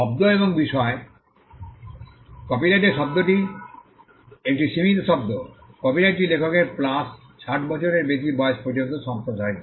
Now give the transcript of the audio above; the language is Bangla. শব্দ এবং বিষয় কপিরাইটের শব্দটি একটি সীমিত শব্দ কপিরাইটটি লেখকের প্লাস 60 বছরের বেশি বয়স পর্যন্ত প্রসারিত